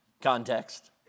Context